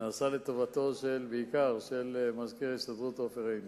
נעשה בעיקר לטובתו של מזכיר ההסתדרות עופר עיני.